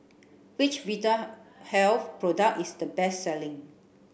Which Vitahealth product is the best selling